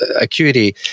acuity